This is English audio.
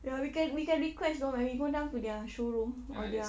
ya we can we can request you know when we go down to their showroom or their